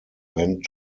went